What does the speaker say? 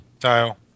tile